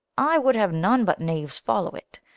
i would have none but knaves follow it,